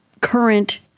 current